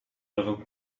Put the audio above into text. level